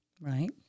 Right